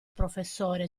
professore